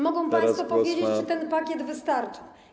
Mogą państwo powiedzieć: Czy ten pakiet wystarcza?